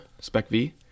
spec-V